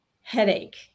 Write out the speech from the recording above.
headache